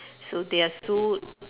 so they are so